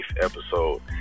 episode